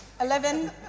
Eleven